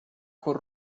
col